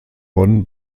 bonn